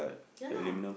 yeah lah